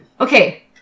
Okay